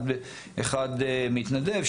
אחד מתנדב,